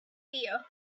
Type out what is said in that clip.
fear